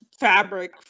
fabric